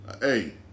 Hey